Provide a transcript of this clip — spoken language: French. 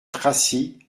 tracy